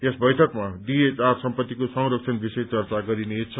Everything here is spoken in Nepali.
यस बैठकमा डीएचआर सम्पत्तिको संरक्षण विषय चर्चा गरिनेछ